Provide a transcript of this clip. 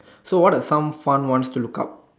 so what are some fun ones to look up